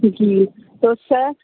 جی تو سر